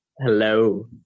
Hello